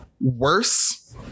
worse